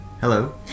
Hello